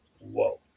whoa